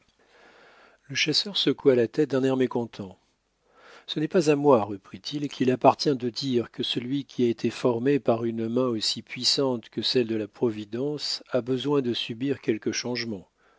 le chasseur secoua la tête d'un air mécontent ce n'est pas à moi reprit-il qu'il appartient de dire que celui qui a été formé par une main aussi puissante que celle de la providence a besoin de subir quelque changement